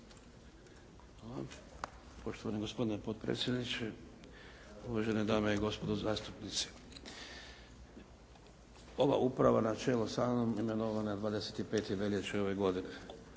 Poštovani gospodine potpredsjedniče, uvažene dame i gospodo zastupnici. Ova uprava na čelu sa mnom imenovana je 25. veljače ove godine.